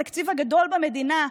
התקציב הגדול במדינה,